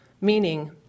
meaning